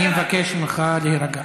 אני מבקש ממך להירגע.